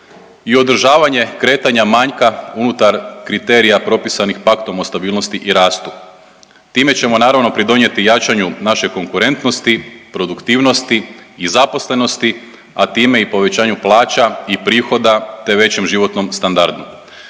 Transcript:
i održavanje kretanja manjka unutar kriterija propisanih Paktom o stabilnosti i rastu, time ćemo naravno pridonjeti jačanju naše konkurentnosti, produktivnosti i zaposlenosti, a time i povećanju plaća i prihoda, te većem životnom standardu.